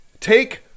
take